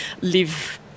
live